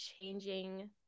changing